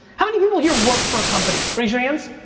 how many people here work for a company? raise your hands.